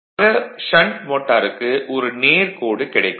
ஆக ஷண்ட் மோட்டாருக்கு ஒரு நேர் கோடு கிடைக்கும்